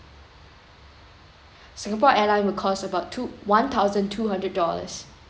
singapore airline will cost about two one thousand two hundred dollars